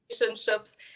relationships